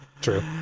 True